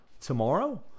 Tomorrow